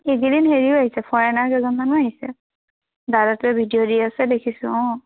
এইকেইদিন হেৰিও আহিছে ফৰেইনাৰ কেইজনমানো আহিছে দাদাটোৱে ভিডিঅ' দি আছে দেখিছোঁ অঁ